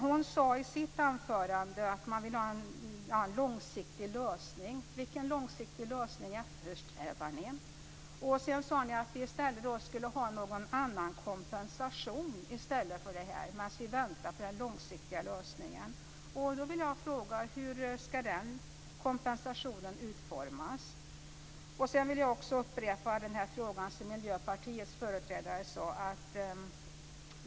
Hon sade i sitt anförande att man vill ha en långsiktig lösning. Vilken långsiktig lösning eftersträvar ni? Sedan sade hon att vi i stället skulle ha någon annan kompensation, medan vi väntar på den långsiktiga lösningen. Då vill jag fråga: Hur skall den kompensationen utformas? Jag vill upprepa den fråga som Miljöpartiets företrädare ställde.